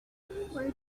where